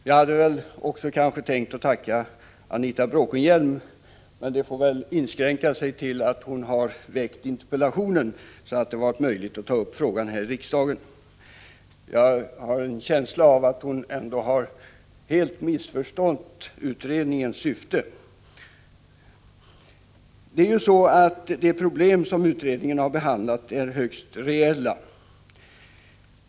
Jag hade också kanske tänkt tacka Anita Bråkenhielm, men det tacket får väl inskränka sig till att gälla att hon har väckt interpellationen, så att det blivit möjligt att ta upp frågan här i riksdagen. Jag har en känsla av att hon helt har missförstått utredningens syfte. De problem som utredningen har behandlat är högst reella.